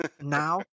now